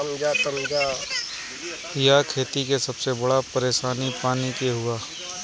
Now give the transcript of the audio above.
इहा खेती के सबसे बड़ परेशानी पानी के हअ